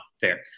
fair